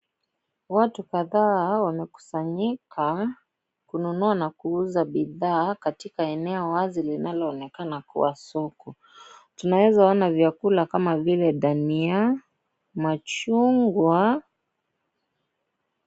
Watu kadhaa wamekusanyika kununua na kuuza bidhaa katika eneo wazi linaloonekana kuwa soko, tunaweza ona vyakula kama vile dania, machungwa.